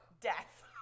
death